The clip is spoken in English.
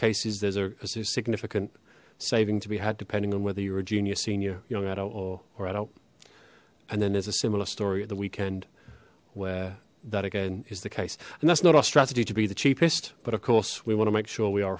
a significant saving to be had depending on whether you're a junior senior young at or or i don't and then there's a similar story at that weekend where that again is the case and that's not our strategy to be the cheapest but of course we want to make sure we are